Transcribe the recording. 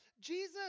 Jesus